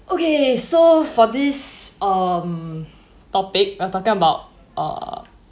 okay so for this um topic we're talking about err